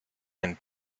and